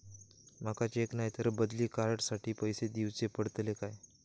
माका चेक नाय तर बदली कार्ड साठी पैसे दीवचे पडतले काय?